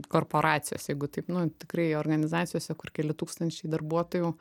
korporacijos jeigu taip nu tikrai organizacijose kur keli tūkstančiai darbuotojų